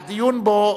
הדיון בו,